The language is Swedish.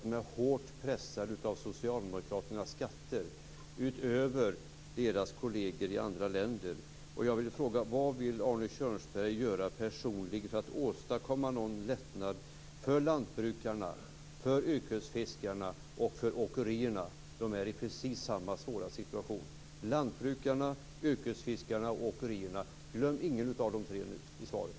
De är hårt pressade av socialdemokraternas skatter utöver deras kolleger i andra länder. Jag vill fråga: Vad vill Arne Kjörnsberg göra personligen för att åstadkomma någon lättnad för lantbrukarna, för yrkesfiskarna och för åkerierna? De är i precis samma svåra situation. Lantbrukarna, yrkesfiskarna och åkerierna - glöm ingen av de tre i svaret!